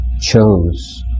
chose